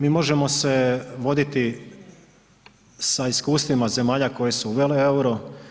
Mi možemo se voditi sa iskustvima zemalja koje su uvele euro.